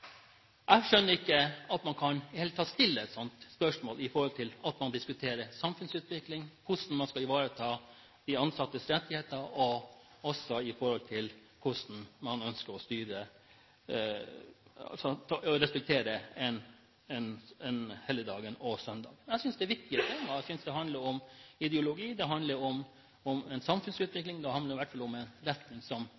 Jeg skjønner ikke at man i det hele tatt kan stille et sånt spørsmål sett i forhold til at man diskuterer samfunnsutvikling, hvordan man skal ivareta de ansattes rettigheter og også sett i forhold til hvordan man ønsker å styre og respektere helligdagene og søndagene. Jeg synes det er viktige temaer. Jeg synes det handler om ideologi, det handler om en samfunnsutvikling, det handler i hvert fall om en